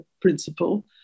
principle